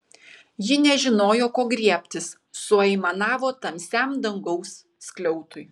ji nežinojo ko griebtis suaimanavo tamsiam dangaus skliautui